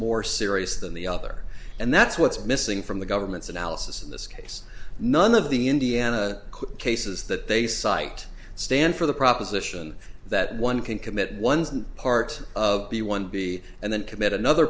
more serious than the other and that's what's missing from the government's analysis in this case none of the indiana cases that they cite stand for the proposition that one can commit one part of b one b and then commit another